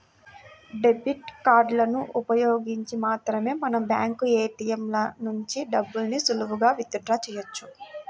debit కార్డులను ఉపయోగించి మాత్రమే మనం బ్యాంకు ఏ.టీ.యం ల నుంచి డబ్బుల్ని సులువుగా విత్ డ్రా చెయ్యొచ్చు